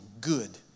good